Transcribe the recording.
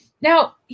Now